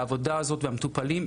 שהעבודה הזאת ושהמטופלים,